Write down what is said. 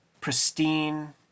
pristine